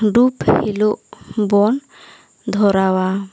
ᱫᱷᱩᱯ ᱦᱤᱞᱚᱜ ᱵᱚᱱ ᱫᱷᱚᱨᱟᱣᱟ